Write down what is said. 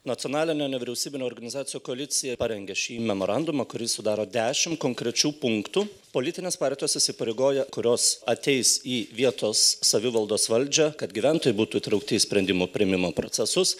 nacionalinė nevyriausybinių organizacijų koalicija parengė šį memorandumą kurį sudaro dešim konkrečių punktų politinės partijos įsipareigoja kurios ateis į vietos savivaldos valdžią kad gyventojai būtų įtraukti į sprendimų priėmimo procesus